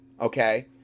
Okay